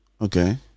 Okay